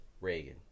Reagan